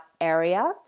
area